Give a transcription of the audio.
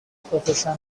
profession